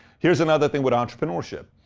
here's another thing with entrepreneurship,